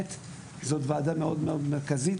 זו וועדה מאוד מאוד מרכזית,